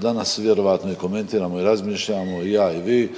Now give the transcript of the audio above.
Danas vjerojatno i komentiramo i razmišljamo i ja i vi